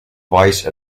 vice